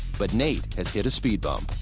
but nate has hit a speed bump.